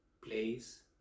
place